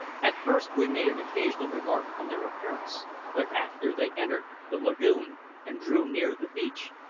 at first we made an occasional remark on their appearance but after they entered the lagoon and drew near the beach,